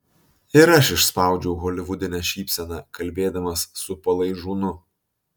ir aš išspaudžiau holivudinę šypseną kalbėdamas su palaižūnu